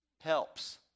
Helps